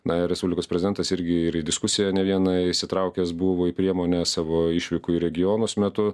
na ir siūlė pas prezidentas irgi ir į diskusiją ne vieną įsitraukęs buvo į priemonę savo išvykų į regionus metu